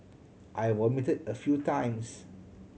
I vomited a few times